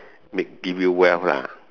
make give you wealth lah